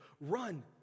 Run